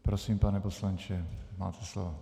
Prosím, pane poslanče, máte slovo.